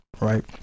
right